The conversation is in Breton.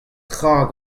tra